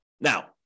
Now